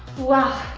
wow,